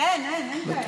אין, אין כאלה.